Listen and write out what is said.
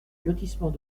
lotissement